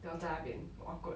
then 我在那边 awkward